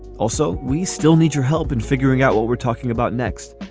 also, we still need your help in figuring out what we're talking about next.